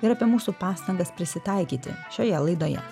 ir apie mūsų pastangas prisitaikyti šioje laidoje